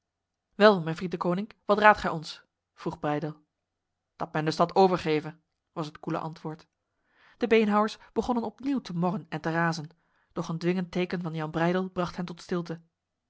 wel mijn vriend deconinck wat raadt gij ons vroeg breydel dat men de stad overgeve was het koele antwoord de beenhouwers begonnen opnieuw te morren en te razen doch een dwingend teken van jan breydel bracht hen tot stilte